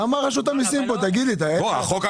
בבקשה.